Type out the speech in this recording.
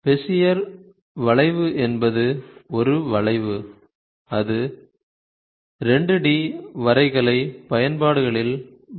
Bezier வளைவு என்பது ஒரு வளைவு அது 2 D வரைகலை பயன்பாடுகளில் பயன்படுத்தப்படுகிறது